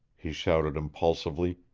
he shouted impulsively,